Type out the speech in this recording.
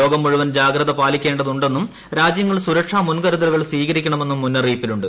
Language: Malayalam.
ലോകം മുഴുവൻ ജാഗ്രത പാലിക്കേണ്ടതുണ്ടെന്നും രാജ്യങ്ങൾ സുരക്ഷാ മുൻകരുതലുകൾ സ്വീകരിക്കണമെന്നും മുന്നറിയിപ്പുണ്ട്